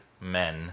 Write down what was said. men